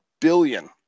billion